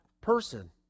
person